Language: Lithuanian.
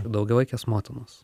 daugiavaikės motinos